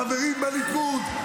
חברים בליכוד,